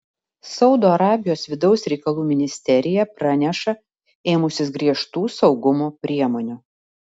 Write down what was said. saudo arabijos vidaus reikalų ministerija praneša ėmusis griežtų saugumo priemonių